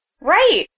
Right